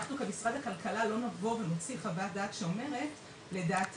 אנחנו כמשרד הכלכלה לא נבוא ונוציא חוות דעת שאומרת "לדעתנו,